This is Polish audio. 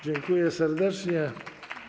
Dziękuję serdecznie.